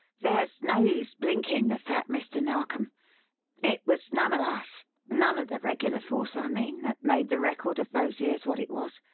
there's no use blinking the fact, mr. narkom it was none of us none of the regular force, i mean that made the record of those years what it was.